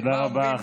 תודה רבה,